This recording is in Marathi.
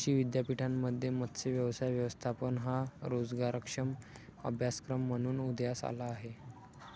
कृषी विद्यापीठांमध्ये मत्स्य व्यवसाय व्यवस्थापन हा रोजगारक्षम अभ्यासक्रम म्हणून उदयास आला आहे